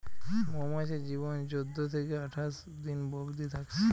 মৌমাছির জীবন চোদ্দ থিকে আঠাশ দিন অবদি থাকছে